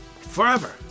forever